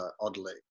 oddly